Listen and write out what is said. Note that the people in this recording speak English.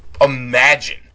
imagine